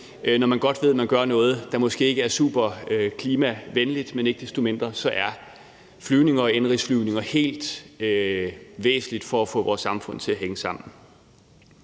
når man godt ved, at man gør noget, der måske ikke er super klimavenligt, men ikke desto mindre er flyvninger og indenrigsflyvninger helt væsentlige for at få vores samfund til at hænge sammen.